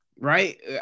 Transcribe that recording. right